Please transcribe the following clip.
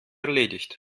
erledigt